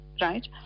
right